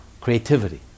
Creativity